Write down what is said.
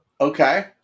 Okay